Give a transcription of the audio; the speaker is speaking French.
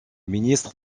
ministre